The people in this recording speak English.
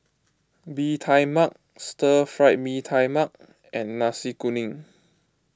Bee Tai Mak Stir Fried Mee Tai Mak and Nasi Kuning